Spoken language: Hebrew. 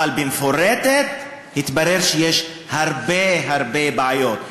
אבל ב"מפורטת" התברר שיש הרבה הרבה בעיות.